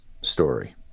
story